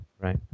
Right